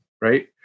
Right